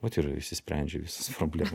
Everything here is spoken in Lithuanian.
vat ir išsisprendžia visos problemo